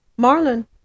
Marlon